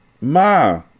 Ma